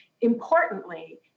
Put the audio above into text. Importantly